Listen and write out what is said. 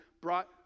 brought